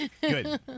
Good